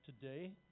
Today